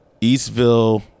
Eastville